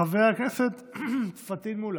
חבר הכנסת פטין מולא,